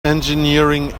engineering